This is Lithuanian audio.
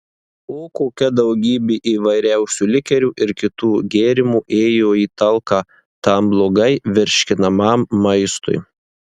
o kokia daugybė įvairiausių likerių ir kitų gėrimų ėjo į talką tam blogai virškinamam maistui